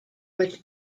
which